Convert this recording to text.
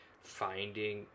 finding